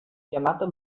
chiamato